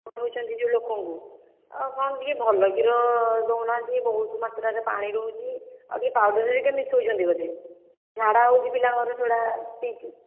ଦେଉଛନ୍ତି ଯେଉଁ ଲୋକଙ୍କୁ ଆଉ କ'ଣ ଟିକିଏ ଭଲ କ୍ଷୀର ଦେଉନାହାନ୍ତି ବହୁତ ମାତ୍ରାରେ ପାଣି ରହୁଛି ଆଉ ଟିକିଏ ପାଉଡ଼ର୍ ହେରିକା ମିଶାଉଛନ୍ତି ବଧେ ଝାଡ଼ା ହେଉଛି ପିଲାଙ୍କର ସେଗୁଡ଼ା ପିଇକି